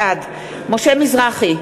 בעד משה מזרחי,